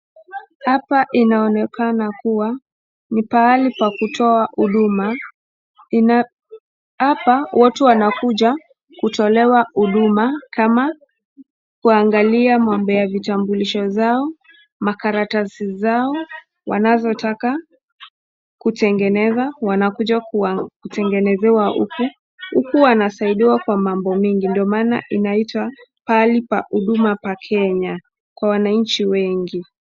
Hapa inaoneka kuwa ni pahali pa kutoa huduma, hapa watu wanakuja kutolewa huduma kama kuangalia mambo ya vitambulisho zao, makaratasi zao wanazotaka kutengeneza wanakuja kutengenezewa huku. Huku wanasaidiwa kwa mambo mingi ndo maana inaitwa pahali pa huduma kenya kwa wananchi wengi.